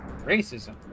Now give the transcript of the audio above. Racism